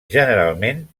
generalment